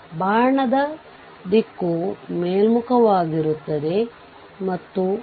ಆದ್ದರಿಂದ VThevenin 15 volt VThevenin 15 volt